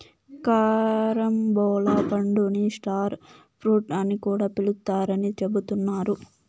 carambola పండుని star fruit అని కూడా పిలుత్తారని చెబుతున్నారు